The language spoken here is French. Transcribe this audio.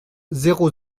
zéro